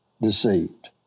deceived